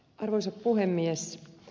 arvoisa puhemies